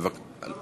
בבקשה.